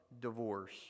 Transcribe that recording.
divorce